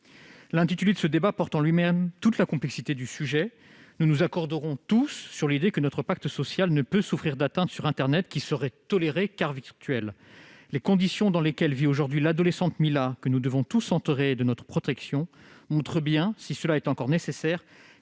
L'intitulé de ce débat est révélateur à lui seul de la complexité du sujet. Nous nous accorderons tous sur l'idée que notre pacte social ne peut souffrir d'atteintes sur internet, lesquelles seraient tolérées au motif qu'elles sont virtuelles. Les conditions dans lesquelles vit aujourd'hui l'adolescente Mila, que nous devons tous entourer de notre protection, montrent bien, si cela était encore nécessaire,